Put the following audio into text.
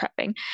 prepping